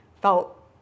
felt